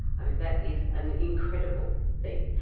i mean, that is an incredible thing.